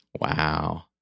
Wow